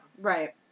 right